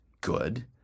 good